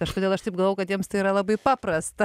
kažkodėl aš taip galvojau kad jiems tai yra labai paprasta